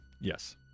Yes